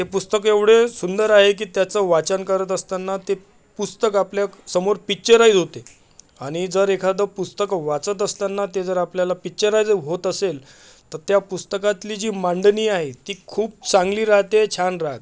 ते पुस्तक एवढे सुंदर आहे की त्याचं वाचन करत असताना ते पुस्तक आपल्यासमोर पिक्चराईज होते आणि जर एखादं पुस्तक वाचत असताना ते जर आपल्याला पिक्चराईज होत असेल तर त्या पुस्तकातली जी मांडणी आहे ती खूप चांगली राहते छान राहते